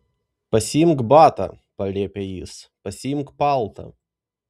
pasiimk batą paliepė jis pasiimk paltą